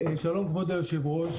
כבוד היושב-ראש.